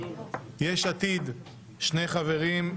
ליש עתידה שני חברים,